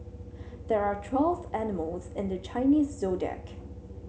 there are twelve animals in the Chinese Zodiac